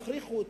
יכריחו אותי.